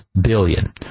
billion